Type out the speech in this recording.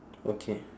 okay